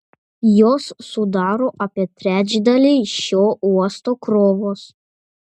jos sudaro apie trečdalį šio uosto krovos